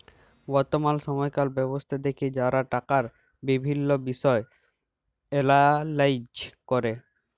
বর্তমাল সময়কার ব্যবস্থা দ্যাখে যারা টাকার বিভিল্ল্য বিষয় এলালাইজ ক্যরে